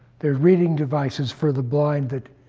there's reading devices for the blind that